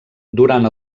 durant